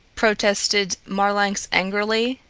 protested marlanx angrily.